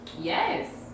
Yes